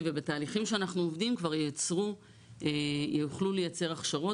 ובתהליכים שאנחנו עובדים כבר יוכלו לייצר הכשרות.